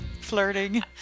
Flirting